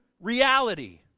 reality